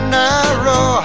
narrow